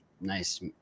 nice